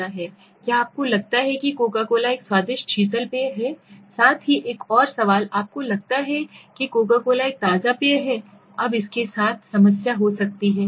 क्या आपको लगता है कि कोको कोला एक स्वादिष्ट शीतल पेय है साथ ही एक और सवाल आपको लगता है कि कोको कोला एक ताज़ा पेय है अब इसके साथ समस्या हो सकती है